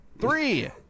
Three